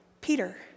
Peter